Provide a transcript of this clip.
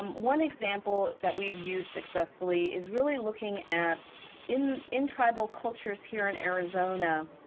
um one example that we've used successfully is really looking at in in tribal cultures here in arizona,